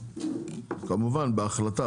כמובן בהחלטה,